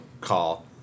call